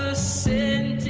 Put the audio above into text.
ah since